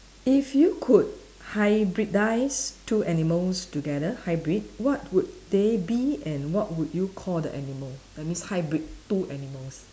if you could hybridize two animals together hybrid what would they be and what would you call the animal that means hybrid two animals